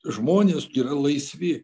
žmonės yra laisvi